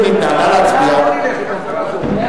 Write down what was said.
מי